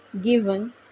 given